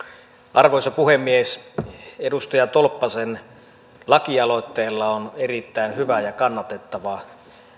arvoisa puhemies edustaja tolppasen lakialoitteella on erittäin hyvä ja kannatettava